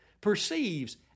perceives